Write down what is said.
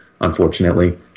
unfortunately